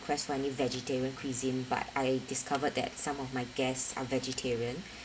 request for any vegetarian cuisine but I discovered that some of my guest are vegetarian